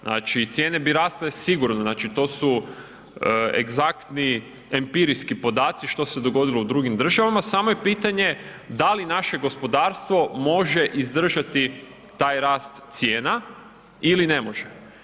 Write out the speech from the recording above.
Znači, cijene bi rasle sigurno, znači to su egzaktni, empirijski podaci što se dogodilo u drugim državama, samo je pitanje da li naše gospodarstvo može izdržati taj rast cijena ili ne može.